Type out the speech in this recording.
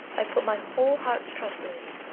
i put my whole heart's trust in thee.